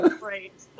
Great